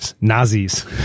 Nazis